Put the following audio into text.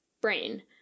brain